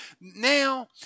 now